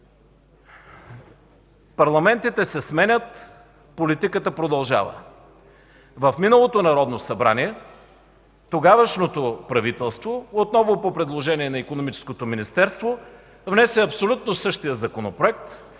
Парламентите се сменят, политиката продължава. В миналото Народно събрание тогавашното правителство, отново по предложение на Икономическото министерство, внесе абсолютно същия Законопроект.